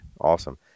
awesome